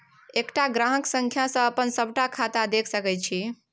एकटा ग्राहक संख्या सँ अपन सभटा खाता देखि सकैत छी